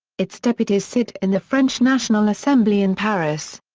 its deputies sit in the french national assembly in paris.